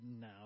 no